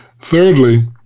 Thirdly